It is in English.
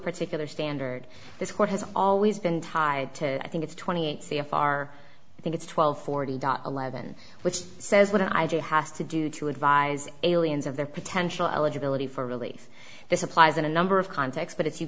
particular standard this court has always been tied to i think it's twenty eight c f r i think it's twelve forty dollars eleven which says what i do has to do to advise aliens of their potential eligibility for release this applies in a number of context but if you